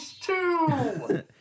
two